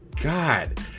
God